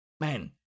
man